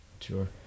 Sure